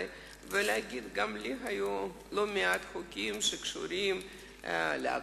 ולהגיד: גם לי היו לא מעט חוקים שקשורים להגדלת